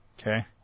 okay